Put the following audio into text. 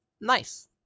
nice